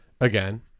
Again